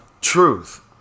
truth